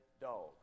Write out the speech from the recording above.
dog